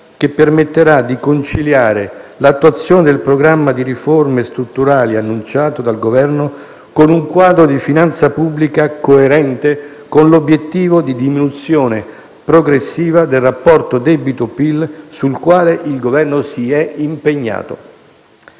che permetterà di conciliare l'attuazione del programma di riforme strutturali annunciato dal Governo con un quadro di finanza pubblica coerente con l'obiettivo di diminuzione progressiva del rapporto debito-PIL sul quale il Governo si è impegnato.